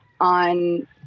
on